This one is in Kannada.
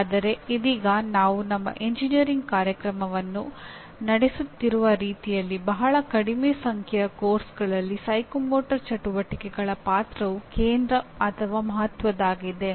ಆದರೆ ಇದೀಗ ನಾವು ನಮ್ಮ ಎಂಜಿನಿಯರಿಂಗ್ ಕಾರ್ಯಕ್ರಮಗಳನ್ನು ನಡೆಸುತ್ತಿರುವ ರೀತಿಯಲ್ಲಿ ಬಹಳ ಕಡಿಮೆ ಸಂಖ್ಯೆಯ ಪಠ್ಯಕ್ರಮಗಳಲ್ಲಿ ಮನೋಪ್ರೇರಣಾ ಚಟುವಟಿಕೆಗಳ ಪಾತ್ರವು ಕೇಂದ್ರ ಅಥವಾ ಮಹತ್ವದ್ದಾಗಿದೆ